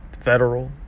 federal